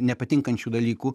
nepatinkančių dalykų